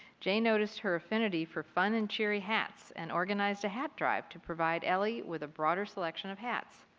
jay noticed her affinity for fun and cheery hats and organized a hat drive to provide ellie with a broader selection of hats,